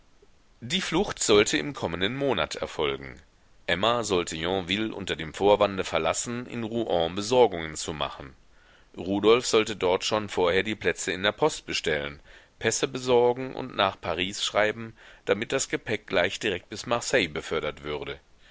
die flucht sollte im kommenden monat erfolgen emma sollte yonville unter dem vorwande verlassen in rouen besorgungen zu machen rudolf sollte dort schon vorher die plätze in der post bestellen pässe besorgen und nach paris schreiben damit das gepäck gleich direkt bis marseille befördert würde